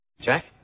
Jack